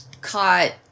caught